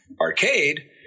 arcade